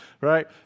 right